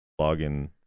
login